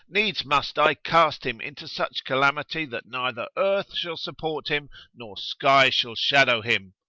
needs must i cast him into such calamity that neither earth shall support him nor sky shall shadow him!